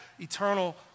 eternal